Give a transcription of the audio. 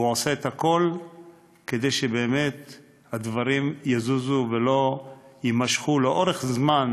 והוא עושה הכול כדי שהדברים יזוזו ולא יימשכו לאורך זמן